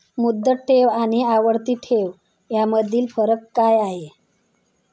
मुदत ठेव आणि आवर्ती ठेव यामधील फरक काय आहे?